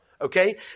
Okay